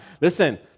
Listen